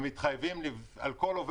הם מתחייבים לקלוט 6 ישראלים על כל עובד